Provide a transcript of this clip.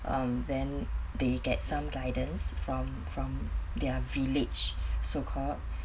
um then they get some guidance from from their village so called